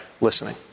listening